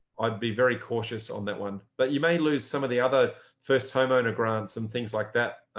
i'd be very cautious on that one. but you may lose some of the other first homeowner grants and things like that.